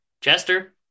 Chester